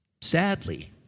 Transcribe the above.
sadly